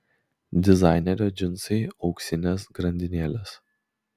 dizainerio džinsai auksinės grandinėlės